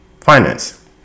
finance